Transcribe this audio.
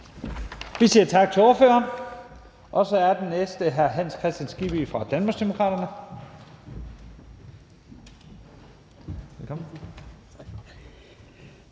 Vi siger tak til ordføreren. Så er den næste hr. Hans Kristian Skibby fra Danmarksdemokraterne.